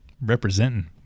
representing